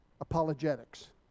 apologetics